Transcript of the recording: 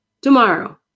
Tomorrow